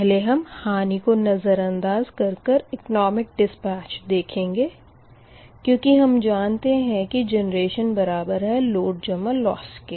पहले हम हानि को नज़रअंदाज़ कर कर इकोनोमिक डिस्पेच देखेंगे क्यूँकि हम जानते है कि जेनरेशन बराबर है लोड जमा लोस के